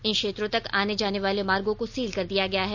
इन क्षेत्रों तक आने जाने वाले मार्गों को सील कर दिया गया है